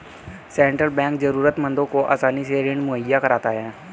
central Bank जरूरतमंदों को आसानी से ऋण मुहैय्या कराता है